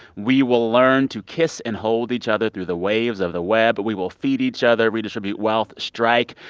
we will learn to kiss and hold each other through the waves of the web. but we will feed each other, redistribute wealth, strike.